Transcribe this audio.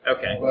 Okay